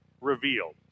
revealed